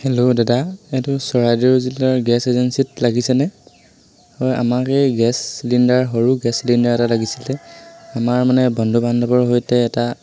hello দাদা এইটো চৰাইদেউ জিলাৰ গেছ এজেঞ্চিত লাগিছেনে হয় আমাক এই গেছ চিলিণ্ডাৰ সৰু গেছ চিলিণ্ডাৰ এটা লাগিছিলে আমাৰ মানে বন্ধু বান্ধৱৰ সৈতে এটা